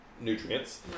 nutrients